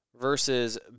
versus